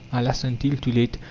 alas, until too late,